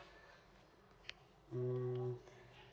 mm